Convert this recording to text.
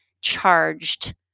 charged